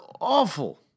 awful